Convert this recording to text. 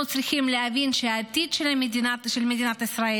אנחנו צריכים להבין שהעתיד של מדינת ישראל